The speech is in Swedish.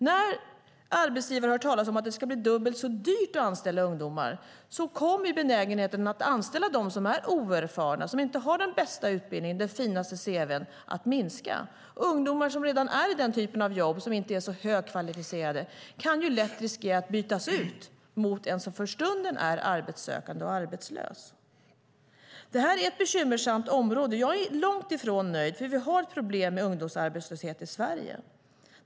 När arbetsgivare hör talas om att det ska bli dubbelt så dyrt att anställa ungdomar kommer benägenheten att minska att anställa dem som är oerfarna och inte har den bästa utbildningen och det finaste cv:t. Ungdomar som redan har jobb som inte är så högkvalificerade riskerar lätt att bytas ut mot personer som för stunden är arbetssökande och arbetslösa. Det här är ett bekymmersamt område. Jag är långt ifrån nöjd, för vi har ett problem med ungdomsarbetslöshet i Sverige.